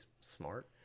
smart